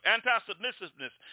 Anti-submissiveness